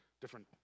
different